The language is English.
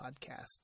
podcast